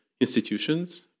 institutions